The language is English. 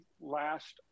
last